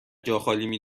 جاخالی